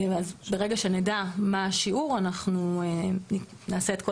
וברגע שנדע מה השיעור אנחנו נעשה את כל